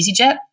EasyJet